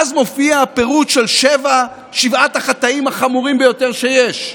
ואז מופיע הפירוט של שבעת החטאים החמורים ביותר שיש.